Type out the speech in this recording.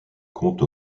compte